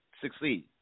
succeed